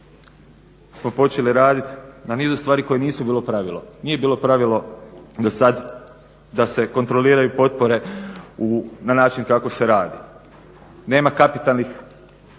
smo počeli raditi na nizu stvari koje nisu bile pravilo. Nije bilo pravilo dosad da se kontroliraju potpore na način kako se radi. Nema isplata